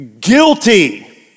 Guilty